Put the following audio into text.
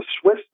Swiss